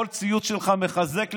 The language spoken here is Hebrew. כל ציוץ שלך מחזק לי,